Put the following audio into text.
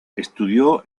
estudió